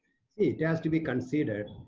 it has to be considered